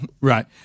right